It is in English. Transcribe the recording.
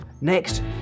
Next